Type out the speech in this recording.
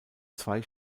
zwei